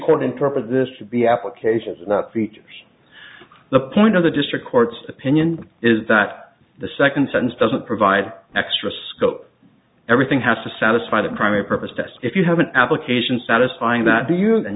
court interpret this to be applications not features the point of the district court's opinion is that the second sentence doesn't provide extra scope everything has to satisfy the primary purpose test if you have an application satisfying that do you